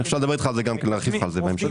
זוג שבסוף מצליח להגיע לרכישת דירה,